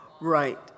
Right